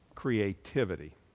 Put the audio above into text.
creativity